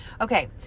Okay